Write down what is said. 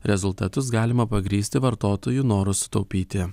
rezultatus galima pagrįsti vartotojų noru sutaupyti